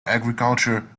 agriculture